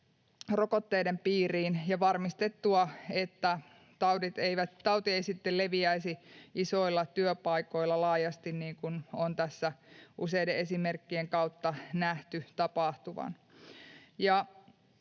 rokotteiden piiriin ja varmistettua, että tauti ei sitten leviäisi isoilla työpaikoilla laajasti, niin kuin on tässä useiden esimerkkien kautta nähty tapahtuvan.